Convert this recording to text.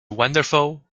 wonderful